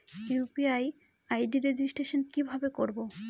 UPI ID registration কিভাবে করব?